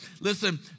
Listen